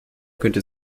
könnte